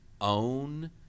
own